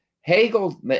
Hegel